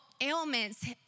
ailments